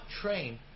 train